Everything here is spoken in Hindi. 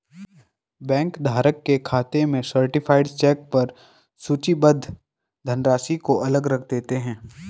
बैंक धारक के खाते में सर्टीफाइड चेक पर सूचीबद्ध धनराशि को अलग रख देते हैं